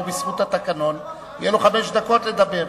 ובזכות התקנון יהיו לו חמש דקות לדבר.